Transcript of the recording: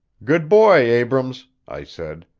good boy, abrams, i said.